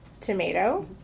tomato